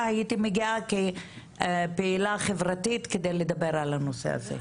הייתי מגיעה כפעילה חברתית כדי לדבר על הנושא הזה.